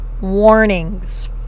warnings